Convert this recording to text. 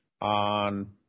on